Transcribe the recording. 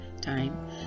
time